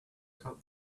cup